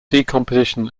decomposition